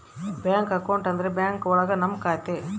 bank account ಅಂದ್ರೆ bank ಒಳಗ ನಮ್ ಖಾತೆ